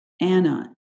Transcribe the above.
Anna